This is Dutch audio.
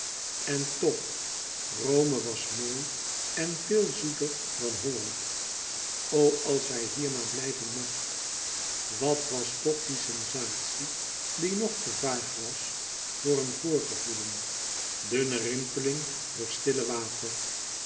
en toch rome was mooi en veel zoeter dan holland o als hij hier maar blijven mocht wat was toch die sensatie die nog te vaag was voor een voorgevoelen dunne rimpeling door stille water